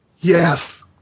Yes